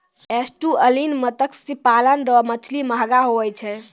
estuarine मत्स्य पालन रो मछली महगो हुवै छै